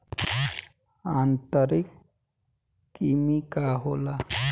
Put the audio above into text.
आंतरिक कृमि का होला?